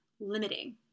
limiting